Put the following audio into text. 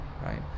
right